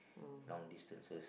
long distances